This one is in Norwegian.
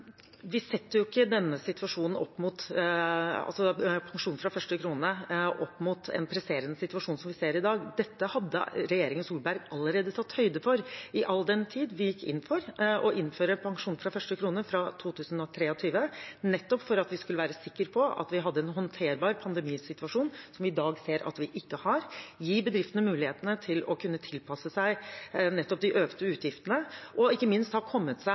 Vi setter jo ikke pensjon fra første krone opp mot den presserende situasjonen vi ser i dag. Dette hadde regjeringen Solberg allerede tatt høyde for all den tid vi gikk inn for å innføre pensjon fra første krone fra 2023, nettopp for at vi skulle være sikre på at vi hadde en håndterbar pandemisituasjon – som vi i dag ser at vi ikke har – og for å gi bedriftene mulighetene til å kunne tilpasse seg de økte utgiftene og ikke minst ha kommet seg